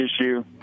issue